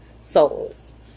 souls